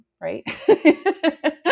right